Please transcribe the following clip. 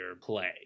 play